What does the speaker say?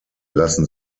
lassen